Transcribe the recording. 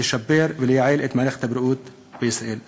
לשפר ולייעל את מערכת הבריאות בישראל.